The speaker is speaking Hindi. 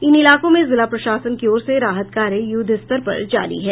इन इलाकों में जिला प्रशासन की ओर से राहत कार्य युद्धस्तर पर जारी है